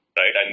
right